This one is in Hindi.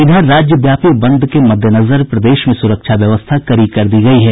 इधर राज्यव्यापी बंद के मद्देनजर प्रदेश में सुरक्षा व्यवस्था कड़ी कर दी गयी है